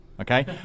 okay